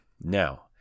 Now